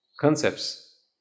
concepts